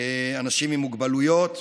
לאנשים עם מוגבלויות.